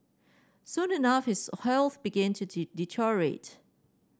soon enough his health began to deteriorate